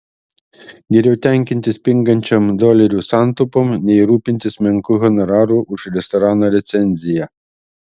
geriau tenkintis pingančiom dolerių santaupom nei rūpintis menku honoraru už restorano recenziją